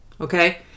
Okay